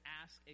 ask